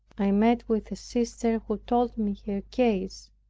i met with a sister who told me her case.